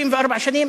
64 שנים,